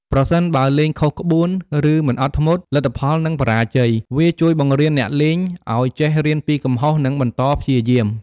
ប្រសិនបើលេងខុសក្បួន ឬមិនអត់ធ្មត់ លទ្ធផលនឹងបរាជ័យ វាជួយបង្រៀនអ្នកលេងឲ្យចេះរៀនពីកំហុស និងបន្តព្យាយាម។